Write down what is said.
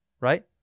Right